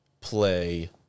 play